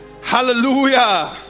Hallelujah